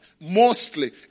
mostly